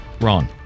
Wrong